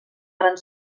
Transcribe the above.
gran